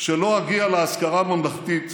שלא אגיע לאזכרה הממלכתית